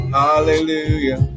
hallelujah